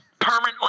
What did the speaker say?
permanently